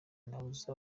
nabuze